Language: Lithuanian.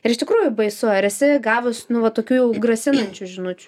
ir iš tikrųjų baisu ar esi gavus nu va tokių jau grasinančių žinučių